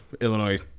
Illinois